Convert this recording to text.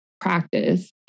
practice